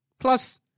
plus